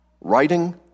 writing